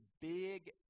big